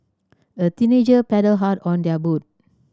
the teenager paddled hard on their boat